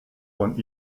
von